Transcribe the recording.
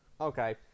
Okay